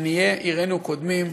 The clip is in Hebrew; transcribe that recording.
עניי עירנו קודמים,